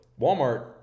Walmart